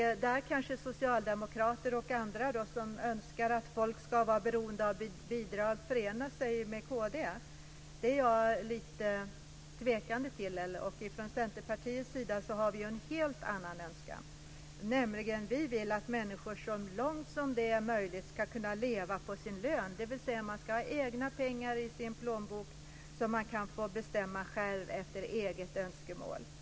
Socialdemokrater och andra som önskar att folk ska vara beroende av bidrag kan därför kanske förena sig med kd. Jag ställer mig lite tveksam inför detta. Vi har från Centerpartiets sida en helt annan önskan. Vi vill att människor så långt som möjligt ska kunna leva på sin lön, dvs. att de i sin plånbok ska ha egna pengar, som de själva kan bestämma över enligt egna önskemål.